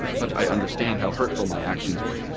but i understand how hurtful my actions were.